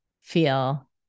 feel